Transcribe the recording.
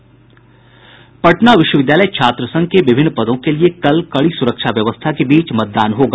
पटना विश्वविद्यालय छात्र संघ के विभिन्न पदों के लिए कल कड़ी सुरक्षा व्यवस्था के बीच मतदान होगा